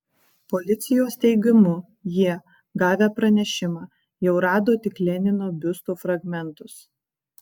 policijos teigimu jie gavę pranešimą jau rado tik lenino biusto fragmentus